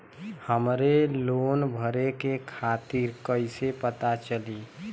हमरे लोन भरे के तारीख कईसे पता चली?